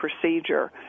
procedure